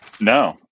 No